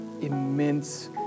immense